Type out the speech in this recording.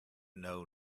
know